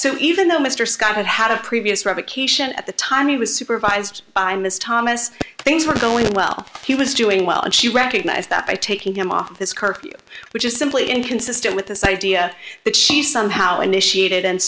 so even though mr scott had a previous revocation at the time he was supervised by ms thomas things were going well he was doing well and she recognized that by taking him off this curfew which is simply inconsistent with this idea that she somehow initiated and